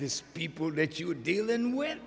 this people that you were dealing with